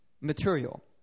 material